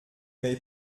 n’avez